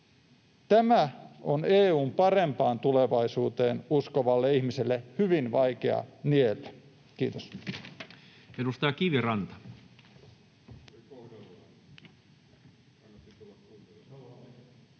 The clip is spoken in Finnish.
Tämä on EU:n parempaan tulevaisuuteen uskovalle ihmiselle hyvin vaikea niellä. — Kiitos. Edustaja Kiviranta. Arvoisa